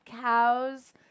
cows